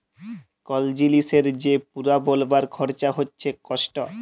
call জিলিসের যে পুরা বলবার খরচা হচ্যে কস্ট